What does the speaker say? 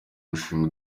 mushinga